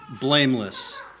blameless